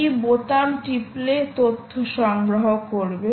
এই বোতাম টিপলে তথ্য সংগ্রহ করবে